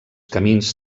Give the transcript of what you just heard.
camins